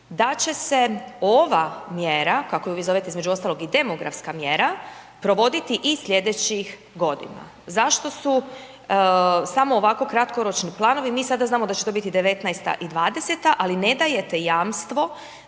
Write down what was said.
da će se ova mjera kako ju vi zovete između ostalog i demografska mjera provoditi i sljedećih godina. Zašto su samo ovako kratkoročni planovi. Mi sada znamo da će to biti '19.-ta i '20.-ta ali ne dajete jamstvo